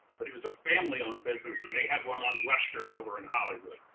but it was a family-owned business and they had one on western over in hollywood,